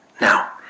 Now